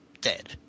dead